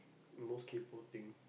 most kaypo thing